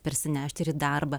persinešti ir į darbą